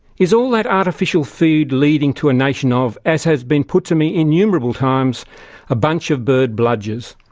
is all that artificial food leading to a nation of as has been put to me innumerable times a bunch of bird bludgers?